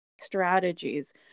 strategies